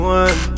one